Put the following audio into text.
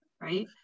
right